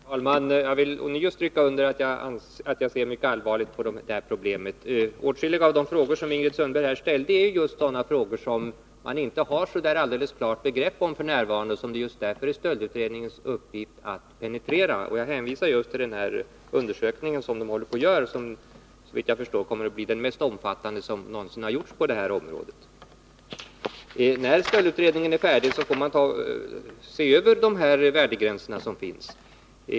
Herr talman! Jag vill ånyo stryka under att jag ser mycket allvarligt på det här problemet. Åtskilliga av de frågor som Ingrid Sundberg här ställde är just sådana frågor som man inte har helt klara begrepp om f. n. och som det just därför är stöldutredningens uppgift att penetrera. Jag hänvisar till den undersökning som utredningen håller på att göra, som såvitt jag förstår kommer att bli den mest omfattande som någonsin har gjorts på det här området. När stöldutredningen är färdig får vi se över de värdegränser som finns.